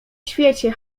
świecie